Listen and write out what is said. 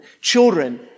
children